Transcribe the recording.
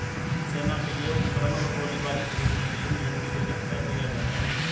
सेना के लिए उपकरण और गोलीबारी खरीदने के लिए मिलिट्री बजट तय किया जाता है